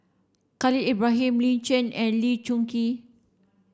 Khalil Ibrahim Lin Chen and Lee Choon Kee